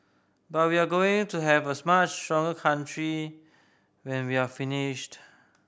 but we're going to have a much stronger country when we're finished